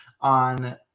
on